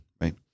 right